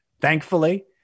thankfully